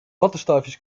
wattenstaafjes